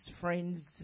friends